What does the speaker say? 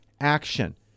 action